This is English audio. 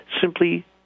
simply